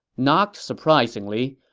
not surprisingly,